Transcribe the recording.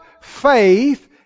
faith